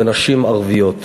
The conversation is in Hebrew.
ונשים ערביות.